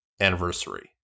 anniversary